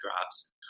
drops